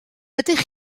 ydych